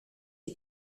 est